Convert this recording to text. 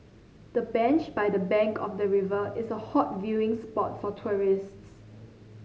the bench by the bank of the river is a hot viewing spot for tourists